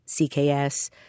CKS